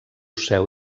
seu